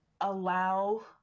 allow